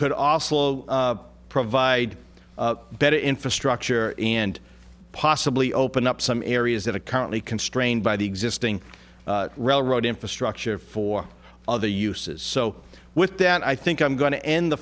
could provide better infrastructure and possibly open up some areas that are currently constrained by the existing road infrastructure for other uses so with that i think i'm going to end the